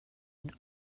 and